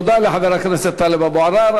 תודה לחבר הכנסת טלב אבו עראר.